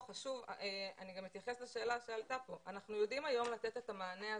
אני גם אתייחס לשאלה שעלתה פה - אנחנו יודעים היום לתת את המענה הזה,